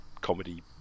comedy